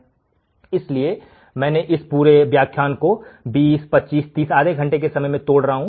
इसलिए इसीलिए मैं 20 25 30 आधे घंटे का समय को कम कर रहा हूं